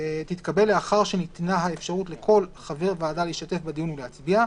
תתקבל לאחר שניתנה האפשרות לכל חבר ועדה להשתתף בדיון ולהצביע,